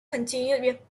continued